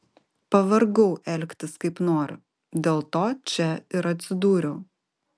pavargau elgtis kaip noriu dėl to čia ir atsidūriau